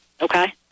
Okay